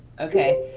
okay,